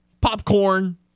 popcorn